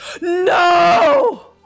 No